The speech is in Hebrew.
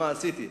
מה עשיתי?